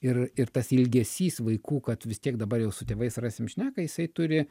ir ir tas ilgesys vaikų kad vis tiek dabar jau su tėvais rasim šneką jisai turi